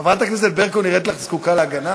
חברת הכנסת ברקו נראית לך זקוקה להגנה?